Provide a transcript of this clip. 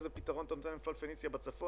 איזה פתרון אתה נותן למפעל "פניציה" בצפון,